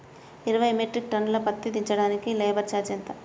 ఇరవై metric ton పత్తి దించటానికి లేబర్ ఛార్జీ ఎంత?